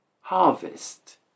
Harvest